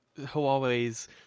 Huawei's